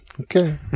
Okay